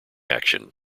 action